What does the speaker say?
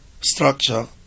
structure